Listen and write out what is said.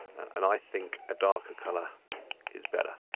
and i think a darker colour is better.